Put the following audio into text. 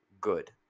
good